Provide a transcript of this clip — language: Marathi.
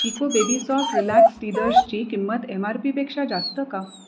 चिको बेबी सॉफ्ट रिलॅक्स टीदर्सची किंमत एम आर पी पेक्षा जास्त का